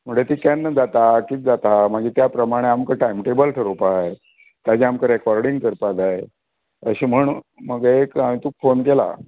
म्हणजे ती केन्ना जाता कितें जाता मागीर त्या प्रमाणे आमकां टायम टॅबल थारोवपा जाय तेजे आमकां रॅकॉर्डींग करपाक जाय अशी म्हूण मगे एक आये तुक फोन केला